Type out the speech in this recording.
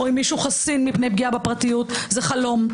או אם מישהו חסין מפני פגיעה בפרטיות זה חלום,